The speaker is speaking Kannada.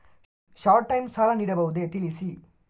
ಶಾರ್ಟ್ ಟೈಮ್ ಸಾಲ ನೀಡಬಹುದೇ ತಿಳಿಸಿ?